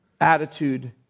attitude